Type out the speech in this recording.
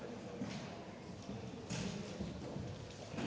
Tak